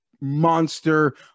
monster